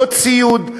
לא ציוד,